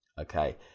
Okay